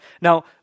Now